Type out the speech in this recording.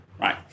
right